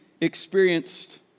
experienced